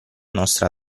nostra